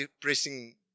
pressing